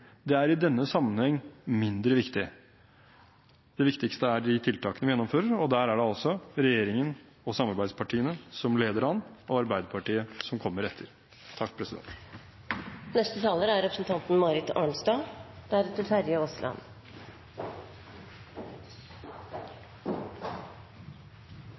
tabeller, er i denne sammenheng mindre viktig. Det viktigste er de tiltakene vi gjennomfører, og der er det altså regjeringen og samarbeidspartiene som leder an, og Arbeiderpartiet som kommer etter. Ettersom dette ser ut til å utvikle seg til en debatt om virkelighetsforståelsen, synes jeg det er